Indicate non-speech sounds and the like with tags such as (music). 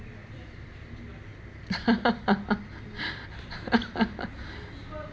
(laughs)